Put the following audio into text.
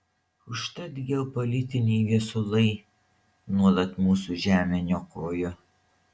užtat geopolitiniai viesulai nuolat mūsų žemę niokojo